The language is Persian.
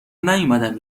نیومدم